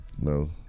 no